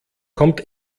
kommt